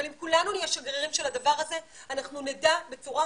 אבל אם כולנו נהיה שגרירים של הדבר הזה אנחנו נדע בצורה